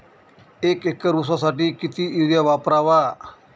एक एकर ऊसासाठी किती युरिया वापरावा?